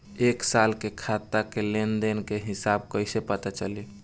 एक साल के खाता के लेन देन के हिसाब कइसे पता चली?